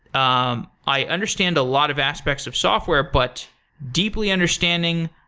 um i understand a lot of aspects of software, but deeply understanding,